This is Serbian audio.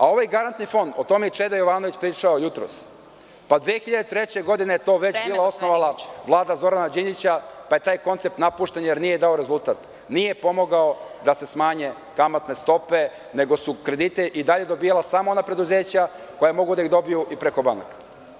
Ovaj garantni fond, o tome je i Čeda Jovanović pričao jutros, 2003. godine je to … (Predsedavajuća: Vreme, gospodine Dinkiću.) … osnovala Vlada Zorana Đinđića, pa je taj koncept napušten jer nije dao rezultat, nije pomogao da se smanje kamatne stope, nego su kredite i dalje dobijala samo ona preduzeća koja mogu da ih dobiju i preko banaka.